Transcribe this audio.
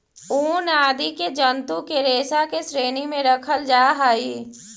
ऊन आदि के जन्तु के रेशा के श्रेणी में रखल जा हई